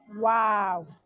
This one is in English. Wow